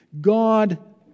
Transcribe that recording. God